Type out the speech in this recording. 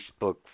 Facebook